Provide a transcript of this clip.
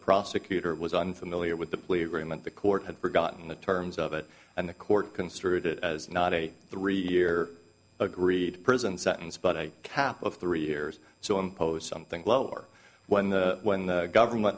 prosecutor was unfamiliar with the plea agreement the court had forgotten the terms of it and the court construed as not a three year agreed prison sentence but a cap of three years so impose something lower when the when the government